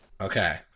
Okay